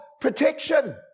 protection